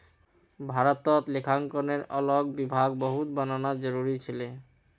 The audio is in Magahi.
भारतत लेखांकनेर अलग विभाग बहुत बनाना जरूरी छिले